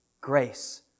grace